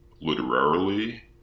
literarily